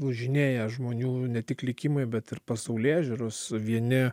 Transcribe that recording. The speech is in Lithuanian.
lūžinėja žmonių ne tik likimai bet ir pasaulėžiūros vieni